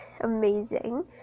amazing